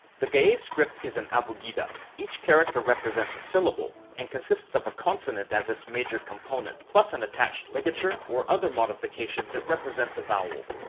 the ge'ez script is an abugida each character represents a syllable, and consists of a consonant as its major component, plus an attached ligature or other modification that represents a vowel.